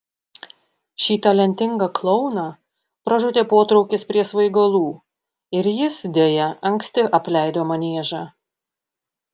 šį talentingą klouną pražudė potraukis prie svaigalų ir jis deja anksti apleido maniežą